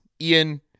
Ian